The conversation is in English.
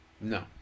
No